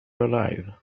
alive